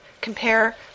compare